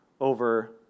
over